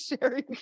sharing